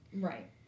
Right